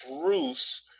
Bruce